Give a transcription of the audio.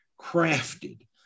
crafted